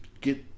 Get